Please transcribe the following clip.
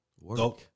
work